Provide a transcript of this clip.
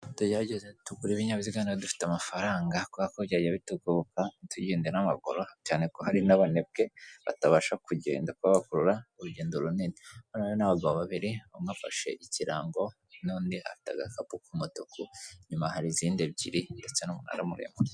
Tugerageze tugure ibinyabiziga niba dufite amafaranga kubera ko byajya bitugoboka ntitugende n'amaguru, cyane ko hari n'abanebwe batabasha kugenda kuba bakora urugendo runini. Hano rero hari n'abagabo babiri umwe afashe ikirango n'undi afite agakapu k'umutuku, inyuma hari izindi ebyiri ndetse n'umunara muremure.